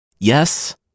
Yes